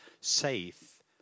Safe